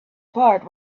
part